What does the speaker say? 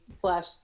slash